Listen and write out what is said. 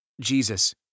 Jesus